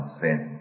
sin